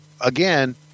again